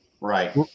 Right